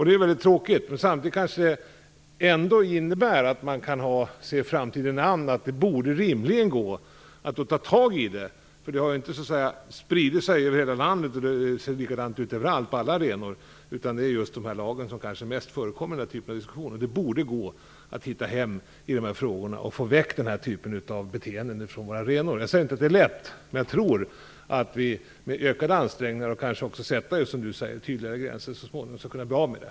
Det är väldigt tråkigt, men samtidigt kanske det ändå innebär att man kan se framtiden an. Det borde rimligen gå att ta tag i det här. Det har inte spritt sig över hela landet så att det ser likadant ut överallt på alla arenor, utan det är just de här lagen som förekommer i den här typen av diskussion. Det borde gå att hitta hem i de här frågorna och få väck den här typen av beteenden från våra arenor. Jag säger inte att det är lätt, men jag tror att vi med ökade ansträngningar och kanske också genom att som Lars Stjernkvist säger sätta tydligare gränser så småningom skall kunna bli av med det.